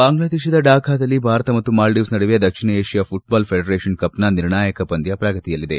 ಬಾಂಗ್ಲಾದೇಶದ ಢಾಕದಲ್ಲಿ ಭಾರತ ಮತ್ತು ಮಾಲ್ಜೀವ್ ನಡುವೆ ದಕ್ಷಿಣ ಏಷ್ಯಾ ಘಟ್ಬಾಲ್ ಫೆಡರೇಷನ್ ಕಪ್ನ ನಿರ್ಣಾಯಕ ಪಂದ್ಯ ಪ್ರಗತಿಯಲ್ಲಿದೆ